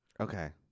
Okay